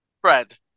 Fred